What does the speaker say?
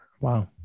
Wow